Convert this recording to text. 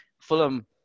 fulham